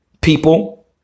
people